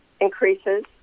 increases